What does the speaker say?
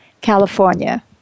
California